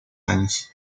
años